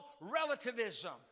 relativism